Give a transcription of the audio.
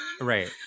right